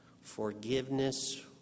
forgiveness